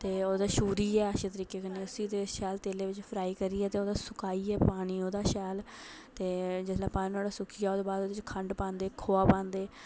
ते ओह् छूरियै अच्छे तरिके कन्नै उसी ते शैल तेलै बिच फ्राई करियै ते ओह्दा सुकाइयै पानी ओह्दा शैल के जिसलै पानी नुआढ़ा सुक्की जा ओह्दे बिच खंड पांदे खोया पांदे